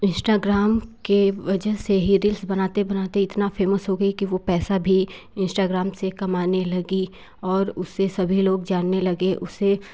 Instagram की वजह से ही रील्स बनाते बनाते इतना फेमस हो गई कि वो पैसा भी इंस्टाग्राम से कमाने लगी और उसे सभी लोग जानने लगे उसे